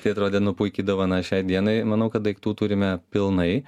tai atrodė nu puiki dovana šiai dienai manau kad daiktų turime pilnai